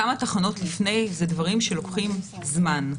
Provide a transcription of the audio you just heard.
כמה תחנות לפני אלה דברים שלוקחים זמן.